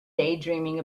daydreaming